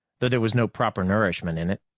though there was no proper nourishment in it.